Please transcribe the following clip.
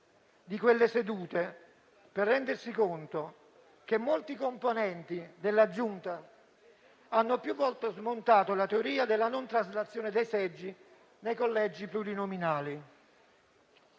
di quelle sedute per rendersi conto che molti componenti della Giunta hanno più volte smontato la teoria della non traslazione dei seggi nei collegi plurinominali.